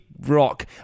rock